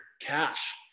cash